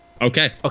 Okay